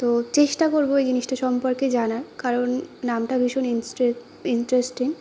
তো চেষ্টা করব এই জিনিসটা সম্পর্কে জানার কারণ নামটা ভীষণ ইন্টারেস্টিং